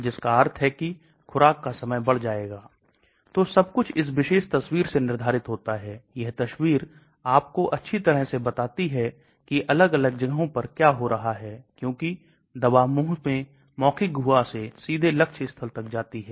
कोशिका आधारित assay में अच्छी जैव सक्रियता उत्पन्न करने के लिए एंजाइम की अधिक कार्यशीलता और पारगम्यता की आवश्यकता होती है इसलिए कोशिका आधारित पारगम्यता महत्वपूर्ण भूमिका निभाती है